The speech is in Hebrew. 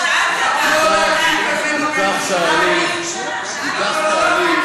אני מודיע לכם, יש לכם